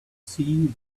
see